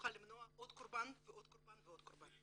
שנוכל למנוע עוד קורבן ועוד קורבן ועוד קורבן.